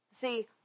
See